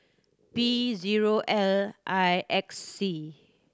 P zero L I X C